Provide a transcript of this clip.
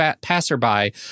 passerby